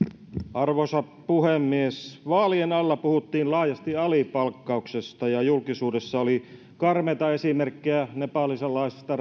arvoisa puhemies vaalien alla puhuttiin laajasti alipalkkauksesta ja julkisuudessa oli karmeita esimerkkejä nepalilaisista